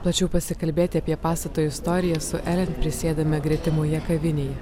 plačiau pasikalbėti apie pastato istoriją su elen prisėdame gretimoje kavinėje